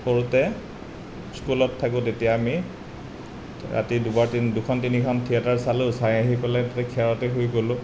সৰুতে স্কুলত থাকোঁ তেতিয়া আমি ৰাতি দুবাৰ দুখন তিনিখন থিয়েটাৰ চালোঁ চাই আহি পেলাই তাতে খেৰতেই শুই গ'লোঁ